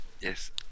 Yes